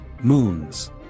Moons